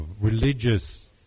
religious